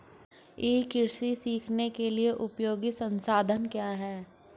ई कृषि सीखने के लिए उपयोगी संसाधन क्या हैं?